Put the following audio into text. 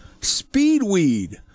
Speedweed